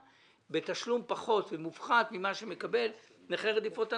בתשלום פחות ומופחת מאשר מקבל נכה רדיפות הנאצים,